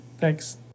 Thanks